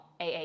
AA